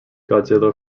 godzilla